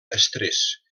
estrès